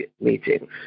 meetings